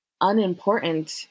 unimportant